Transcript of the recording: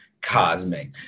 Cosmic